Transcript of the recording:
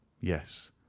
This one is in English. Yes